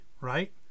right